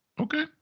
okay